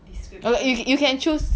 description here